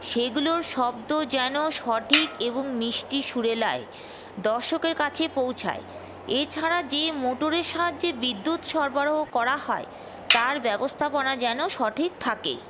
সেগুলোর শব্দ যেন সঠিক এবং মিষ্টি সুরেলায় দর্শকের কাছে পৌঁছায় এছাড়া যে মোটরের সাহায্যে বিদ্যুৎ সরবরাহ করা হয় তার ব্যবস্থাপনা যেন সঠিক থাকে